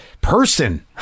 person